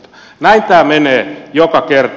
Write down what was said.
näin tämä menee joka kerta